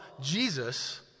Jesus